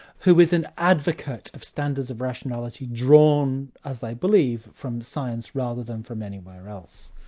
who is an advocate of standards of rationality, drawn as they believe, from science rather than from anywhere else.